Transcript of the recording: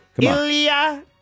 Ilya